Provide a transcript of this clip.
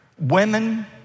Women